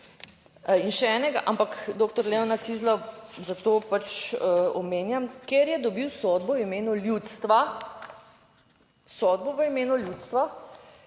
in še enega. Ampak doktor Leona Cizlja zato pač omenjam, ker je dobil sodbo v imenu ljudstva, sodbo v imenu ljudstva